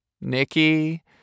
Nicky